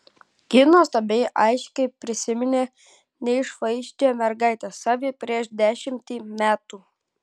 ji nuostabiai aiškiai prisiminė neišvaizdžią mergaitę save prieš dešimtį metų